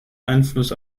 einfluss